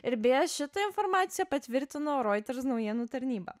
ir beje šitą informaciją patvirtino roiters naujienų tarnyba